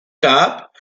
gab